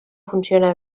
funciona